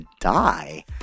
die